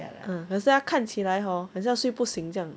mm 可是他看起来 hor 很像睡不醒这样